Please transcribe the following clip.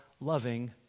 loving